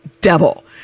devil